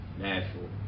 Nashville